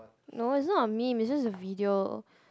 no it's not a meme it's just a video